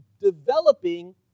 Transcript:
developing